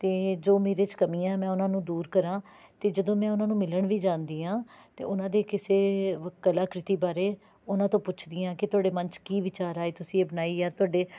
ਅਤੇ ਜੋ ਮੇਰੇ 'ਚ ਕਮੀਆਂ ਮੈਂ ਉਨ੍ਹਾਂ ਨੂੰ ਦੂਰ ਕਰਾਂ ਅਤੇ ਜਦੋਂ ਮੈਂ ਉਹਨਾਂ ਨੂੰ ਮਿਲਣ ਵੀ ਜਾਂਦੀ ਹਾਂ ਅਤੇ ਉਨ੍ਹਾਂ ਦੇ ਕਿਸੇ ਕਲਾ ਕ੍ਰਿਤੀ ਬਾਰੇ ਉਨ੍ਹਾਂ ਤੋਂ ਪੁੱਛਦੀ ਹਾਂ ਕਿ ਤੁਹਾਡੇ ਮਨ 'ਚ ਕੀ ਵਿਚਾਰ ਆਏ ਤੁਸੀਂ ਇਹ ਬਣਾਈ ਆ ਤੁਹਾਡੇ